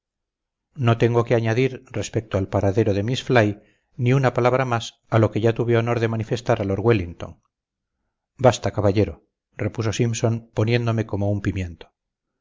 no tengo que añadir respecto al paradero de miss fly ni una palabra más a lo que ya tuve honor de manifestar a lord wellington basta caballero repuso simpson poniéndome como un pimiento